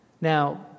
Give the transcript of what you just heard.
now